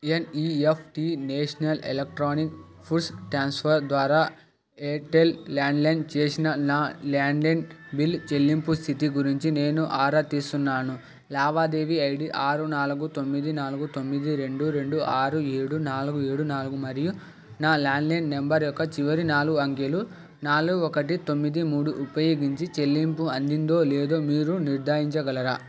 NEFT national electronic funds transfer ద్వారా Airtel landline చేసిన నా ల్యాండ్లైన్ బిల్ చెల్లింపు స్థితి గురించి నేను ఆరా తీస్తున్నాను లావాదేవీ ఐడి ఆరు నాలుగు తొమ్మిది నాలుగు తొమ్మిది రెండు రెండు ఆరు ఏడు నాలుగు ఏడు నాలుగు మరియు నా ల్యాండ్లైన్ నంబర్ యొక్క చివరి నాలుగు అంకెలు నాలుగు ఒకటి తొమ్మిది మూడు ఉపయోరింగించి చెల్లింపు అందిందో లేదో మీరు నిర్ధాచగలరా